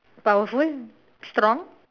powerful strong